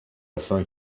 afin